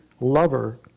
lover